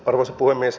arvoisa puhemies